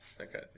Okay